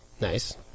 Nice